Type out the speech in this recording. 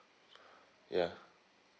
ya